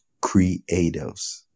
creatives